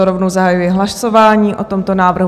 Rovnou zahajuji hlasování o tomto návrhu.